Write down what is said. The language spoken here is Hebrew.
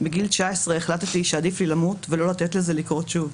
בגיל 19 החלטתי שעדיף לי למות ולא לתת לזה לקרות שוב,